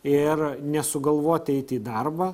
ir nesugalvoti eiti į darbą